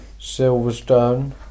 Silverstone